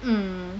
mm